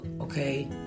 okay